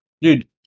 Dude